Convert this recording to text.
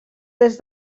des